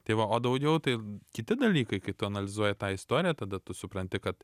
tai va o daugiau tai kiti dalykai kai tu analizuoji tą istoriją tada tu supranti kad